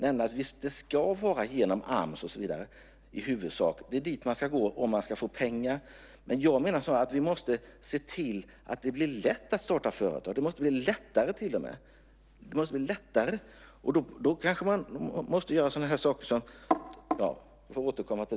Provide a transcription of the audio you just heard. Det är i huvudsak genom Ams allt ska gå. Det är dit man ska gå om man ska få pengar. Men jag menar att vi måste se till att det blir lätt att starta företag. Det måste till och med bli lättare. Då kanske man måste göra andra saker, som jag får återkomma till.